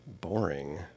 Boring